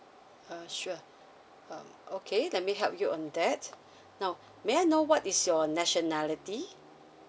uh sure um okay let me help you on that now may I know what is your nationality